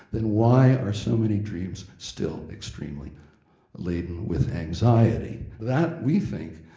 then why are so many dreams still extremely laden with anxiety? that, we think,